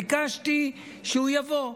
ביקשתי שהוא יבוא.